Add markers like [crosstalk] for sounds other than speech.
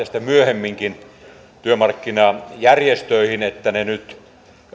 [unintelligible] sitten myöhemminkin työmarkkinajärjestöihin että ne nyt